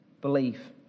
belief